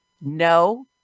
no